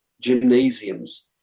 gymnasiums